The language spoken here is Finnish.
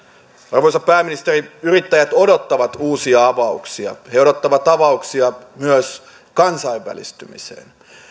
arvoisa pääministeri yrittäjät odottavat uusia avauksia he odottavat avauksia myös kansainvälistymiseen